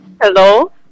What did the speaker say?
Hello